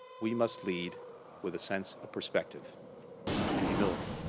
we must lead with a sense of perspective and humility.